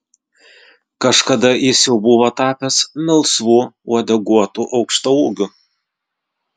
kažkada jis jau buvo tapęs melsvu uodeguotu aukštaūgiu